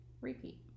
repeat